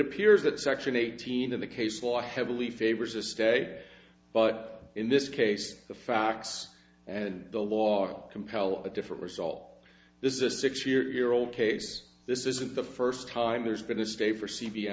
appears that section eighteen of the case law heavily favors a stay but in this case the facts and the law compel a different result this is a six year old case this isn't the first time there's been a stay for c